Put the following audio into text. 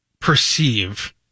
perceive